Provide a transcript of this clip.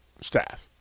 staff